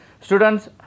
Students